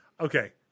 Okay